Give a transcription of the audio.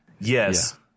yes